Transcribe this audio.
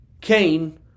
Cain